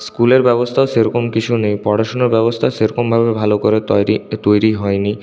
স্কুলের ব্যবস্থা সে রকম কিছু নেই পড়াশোনার ব্যবস্থা সে রকম ভাবে ভালো করে তৈরি তৈরি হয়নি